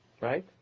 Right